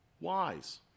wise